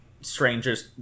strangers